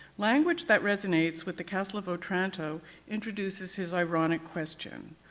language that resonates with the castle of otranto introduces his ironic question.